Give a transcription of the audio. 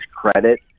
credit